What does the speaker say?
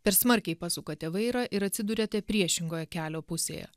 per smarkiai pasukate vairą ir atsiduriate priešingoje kelio pusėje